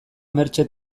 mertxe